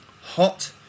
Hot